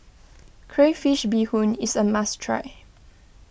Crayfish BeeHoon is a must try